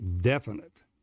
definite